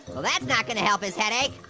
well that's not gonna help his headache.